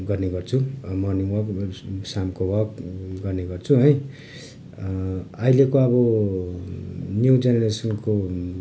गर्ने गर्छु morning walk शामको वाक गर्ने गर्छु है अहिलेको अब न्यू जेनेरेसनको